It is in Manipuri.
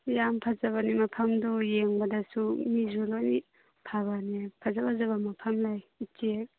ꯌꯥꯝ ꯐꯖꯕꯅꯤ ꯃꯐꯝꯗꯣ ꯌꯦꯡꯕꯗꯁꯨ ꯃꯤꯁꯨ ꯂꯣꯏ ꯐꯕꯅꯤ ꯐꯖ ꯐꯖꯕ ꯃꯐꯝ ꯂꯩ ꯎꯆꯦꯛ